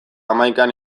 hamaikan